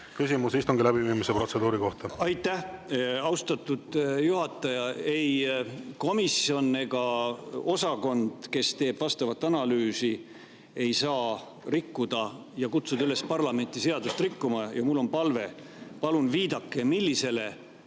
küsimus istungi läbiviimise protseduuri kohta! Aitäh, austatud juhataja! Ei komisjon ega osakond, kes teeb vastavat analüüsi, ei saa rikkuda [seadust] ja kutsuda parlamenti üles seadust rikkuma. Mul on palve. Palun viidake, millisele